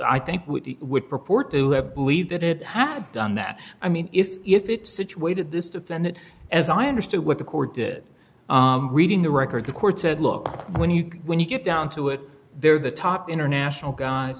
i think would purport to believe that it had done that i mean if if it situated this defendant as i understood what the court did reading the record the court said look when you when you get down to it they're the top international guys